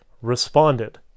responded